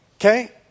Okay